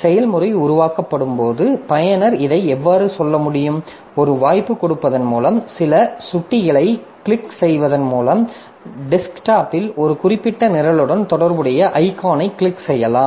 செயல்முறை உருவாக்கப்படும் போது பயனர் இதை எவ்வாறு சொல்ல முடியும் ஒரு வாய்ப்பு கொடுப்பதன் மூலம் சில சுட்டியைக் கிளிக் செய்வதன் மூலம் டெஸ்க்டாப்பில் ஒரு குறிப்பிட்ட நிரலுடன் தொடர்புடைய ஐகானைக் கிளிக் செய்யலாம்